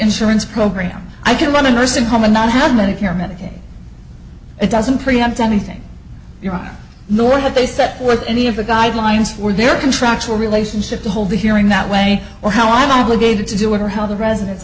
insurance program i can run the nursing home and not have medicare medicaid it doesn't preempt anything your honor nor that they set forth any of the guidelines for their contractual relationship to hold the hearing that way or how i'm obligated to do it or how the president